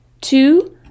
Two